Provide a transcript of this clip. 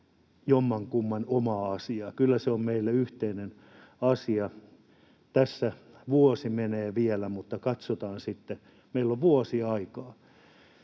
jommankumman, oma asia. Kyllä se on meille yhteinen asia. Tässä menee vielä vuosi, mutta katsotaan sitten. Meillä on vuosi aikaa.